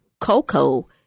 Coco